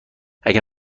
اگر